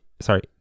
sorry